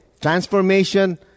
transformation